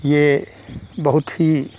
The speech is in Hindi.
यह बहुत ही